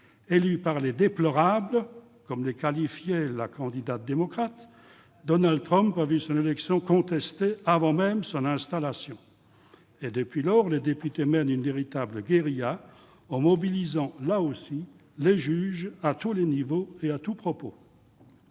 Élu par les « déplorables », comme les qualifiait la candidate démocrate, Donald Trump a vu son élection contestée avant même son installation. Et, depuis lors, les députés mènent une véritable guérilla, en mobilisant, là aussi, les juges, à tous les niveaux et à tout propos.